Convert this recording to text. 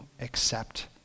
accept